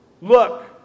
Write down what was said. look